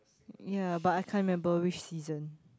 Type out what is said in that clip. ye but I can't remember which season